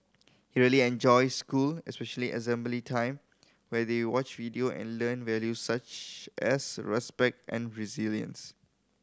he really enjoys school especially assembly time where they watch video and learn values such as respect and resilience